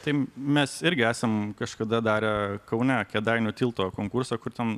taip mes irgi esam kažkada darę kaune kėdainių tilto konkursą kur ten